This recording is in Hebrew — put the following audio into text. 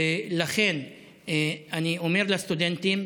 ולכן אני אומר לסטודנטים: